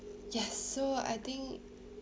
yes so I think